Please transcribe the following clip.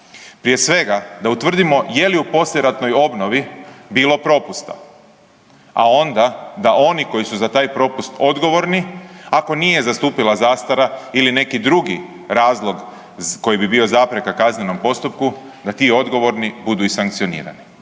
Prije svega da utvrdimo je li poslijeratnoj obnovi bilo propusta, a onda da oni koji su za taj propust odgovorni, ako nije zastupila zastara ili neki drugi razlog koji bi bio zapreka kaznenom postupku, da ti odgovorni budu i sankcionirati.